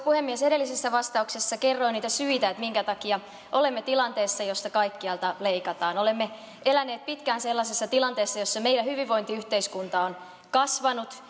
puhemies edellisessä vastauksessa kerroin niitä syitä minkä takia olemme tilanteessa jossa kaikkialta leikataan olemme eläneet pitkään sellaisessa tilanteessa jossa meidän hyvinvointiyhteiskuntamme on kasvanut